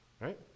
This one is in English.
right